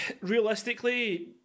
realistically